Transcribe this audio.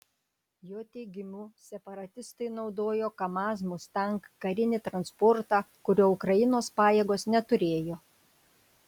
jo teigimu separatistai naudojo kamaz mustang karinį transportą kurio ukrainos pajėgos neturėjo